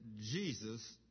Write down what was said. Jesus